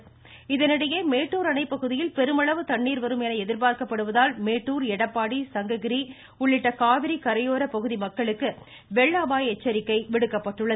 மேட்டூர் தொடர்ச்சி இதனிடையே மேட்டூர் அணை பகுதியில் பெருமளவு தண்ணீர் வரும் என எதிர்பார்க்கப்படுவதால் மேட்டுர் எடப்பாடி சங்ககிரி உள்ளிட்ட காவிரி கரையோர பகுதி மக்களுக்கு வெள்ள அபாய எச்சரிக்கை விடுக்கப்பட்டுள்ளது